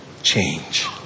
change